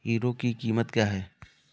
Hero की कीमत क्या है?